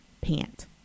pant